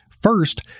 First